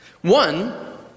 One